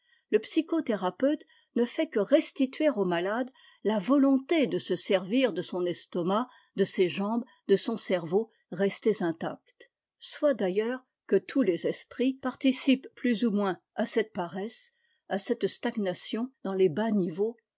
le psychothérapeute ne fait que restituer au malade la volonté de se servir de son estomac de ses jambes de son cerveau restés intacts soit d'ailleurs que tous les esprits'participent plus ou moins à cette paresse à cette stagnation dans les bas niveaux